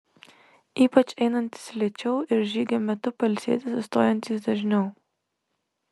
ypač einantys lėčiau ir žygio metu pailsėti sustojantys dažniau